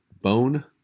bone